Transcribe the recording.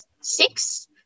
six